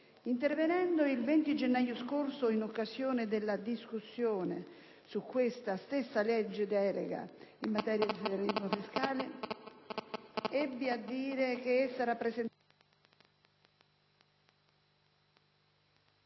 intervenendo il 20 gennaio scorso in occasione della discussione su questo stesso disegno di legge delega in materia di federalismo fiscale, ebbi a dire che esso rappresenta un